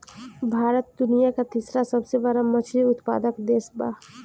भारत दुनिया का तीसरा सबसे बड़ा मछली उत्पादक देश बा